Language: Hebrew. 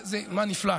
מה נפלא?